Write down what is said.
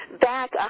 back